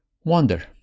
Wonder